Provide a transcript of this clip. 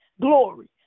glory